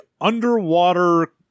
underwater